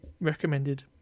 recommended